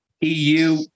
EU